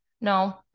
No